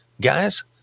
Guys